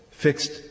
fixed